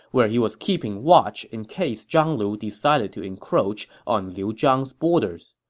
where he was keeping watch in case zhang lu decided to encroach on liu zhang's borders.